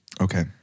Okay